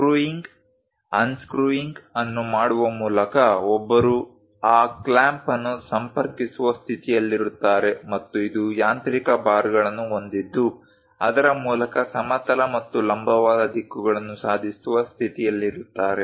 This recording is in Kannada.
ಸ್ಕ್ರೂಯಿಂಗ್ ಅನ್ಸ್ಕ್ರ್ಯೂಂಗ್ ಅನ್ನು ಮಾಡುವ ಮೂಲಕ ಒಬ್ಬರು ಆ ಕ್ಲ್ಯಾಂಪ್ ಅನ್ನು ಸಂಪರ್ಕಿಸುವ ಸ್ಥಿತಿಯಲ್ಲಿರುತ್ತಾರೆ ಮತ್ತು ಇದು ಯಾಂತ್ರಿಕ ಬಾರ್ಗಳನ್ನು ಹೊಂದಿದ್ದು ಅದರ ಮೂಲಕ ಸಮತಲ ಮತ್ತು ಲಂಬವಾದ ದಿಕ್ಕುಗಳನ್ನು ಸಾಧಿಸುವ ಸ್ಥಿತಿಯಲ್ಲಿರುತ್ತಾರೆ